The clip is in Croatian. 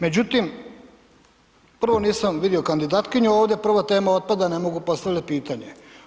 Međutim, prvo nisam vidio kandidatkinju ovdje, prva tema otpada, ne mogu postavljati pitanje.